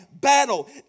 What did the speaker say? battle